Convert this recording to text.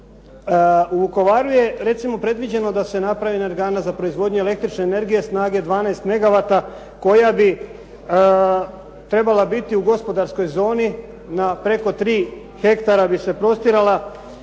U Vukovaru je recimo predviđeno da se napravi energana za proizvodnju električne energije snage 12 megavata koja bi trebala biti u gospodarskoj zoni na preko 3 hektara bi se prostirala